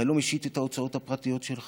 אתה לא משית את ההוצאות הפרטיות שלך